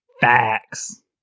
facts